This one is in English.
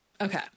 Okay